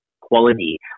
quality